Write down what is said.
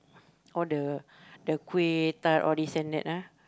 all the the kueh tart all these and that ah